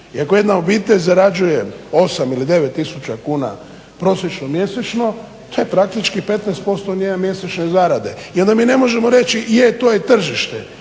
I ako jedna obitelj zarađuje 8 ili 9 tisuća kuna prosječno mjesečno to je praktički 15% njene mjesečne zarade. I onda mi ne možemo reći je to je tržište